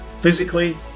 physically